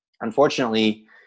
unfortunately